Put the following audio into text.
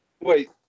Wait